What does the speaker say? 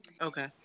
Okay